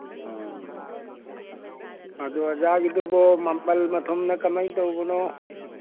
ꯑ ꯑꯗꯨ ꯑꯣꯖꯥꯒꯤꯗꯨꯕꯨ ꯃꯃꯜ ꯃꯊꯨꯝꯅ ꯀꯃꯥꯏ ꯇꯧꯕꯅꯣ